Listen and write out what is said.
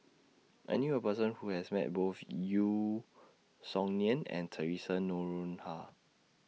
I knew A Person Who has Met Both Yeo Song Nian and Theresa Noronha